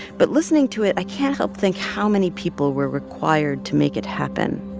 but listening to it, i can't help think how many people were required to make it happen.